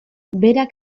berak